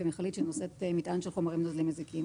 או "מכלית שנושאת חומרים מזיקים".